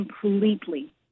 completely